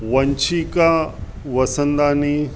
Vanshika Vasandani